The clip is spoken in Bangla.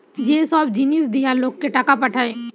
যে সব জিনিস দিয়া লোককে টাকা পাঠায়